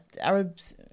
Arabs